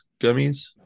gummies